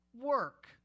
work